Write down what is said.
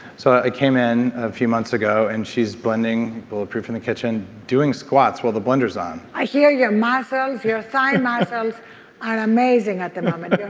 so i came in a few months ago and she's blending bulletproof in the kitchen, doing squats while the blender's on i hear your muscles, your thigh muscles um are amazing at the moment.